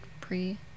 pre